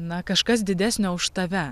na kažkas didesnio už tave